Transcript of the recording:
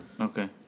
Okay